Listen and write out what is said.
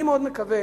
אני מאוד מקווה